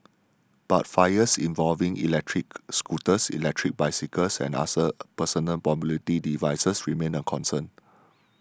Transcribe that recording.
but fires involving electric scooters electric bicycles and other personal mobility devices remain a concern